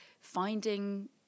finding